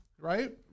Right